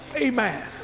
Amen